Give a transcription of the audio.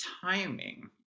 timing